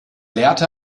lehrte